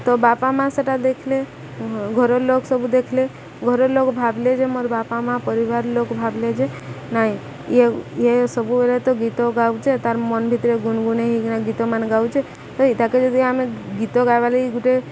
ତ ବାପା ମାଆ ସେଟା ଦେଖଲେ ଘରର ଲୋକ ସବୁ ଦେଖିଲେ ଘରର ଲୋକ ଭାବିଲେ ଯେ ମୋର ବାପା ମାଆ ପରିବାର ଲୋକ ଭାବିଲେ ଯେ ନାଇଁ ଇଏ ଇଏ ସବୁବେଳେ ତ ଗୀତ ଗାଉଚେ ତାର ମନ ଭିତରେ ଗୁନଗୁଣେଇ ହେଇକିନା ଗୀତ ମ ଗାଉଚେ ତ ତାକେ ଯଦି ଆମେ ଗୀତ ଗାଇବାର୍ ଲାଗି ଗୁଟେ